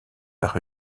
par